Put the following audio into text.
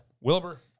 Wilbur